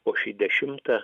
o šį dešimtą